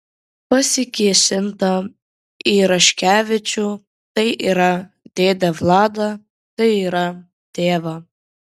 pasikėsinta į raškevičių tai yra dėdę vladą tai yra tėvą